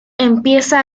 empieza